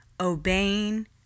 obeying